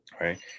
Right